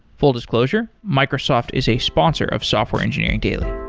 full disclosure microsoft is a sponsor of software engineering daily.